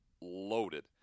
loaded